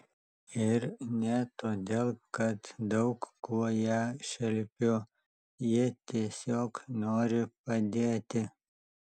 ir ne todėl kad daug kuo ją šelpiu ji tiesiog nori padėti